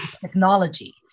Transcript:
technology